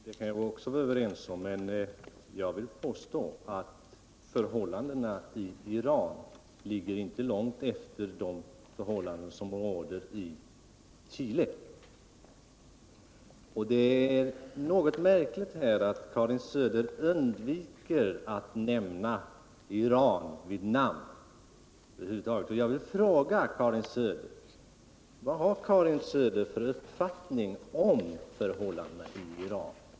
Herr talman! Det sista Karin Söder sade kan jag hålla med om, men jag vill påstå att förhållandena i Iran inte ligger långt efter de förhållanden som råder i Chile. Det är något märkligt att Karin Söder hela tiden undviker att nämna Iran vid namn. Jag vill fråga: Vad har Karin Söder för uppfattning om förhållandena i Iran?